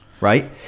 Right